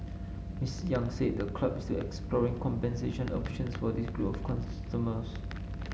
Miss Yang said the club is exploring compensation options for this group of customers